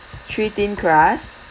three thin crust